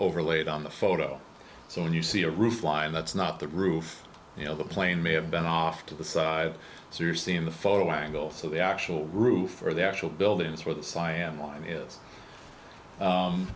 overlaid on the photo so when you see a roof line that's not the roof you know the plane may have been off to the side so you're seeing the photo angles of the actual roof for the actual buildings where the cyan line is